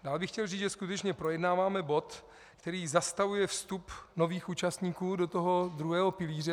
Já bych chtěl říci, že skutečně projednáváme bod, který zastavuje vstup nových účastníků do druhého pilíře.